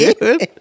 dude